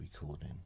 recording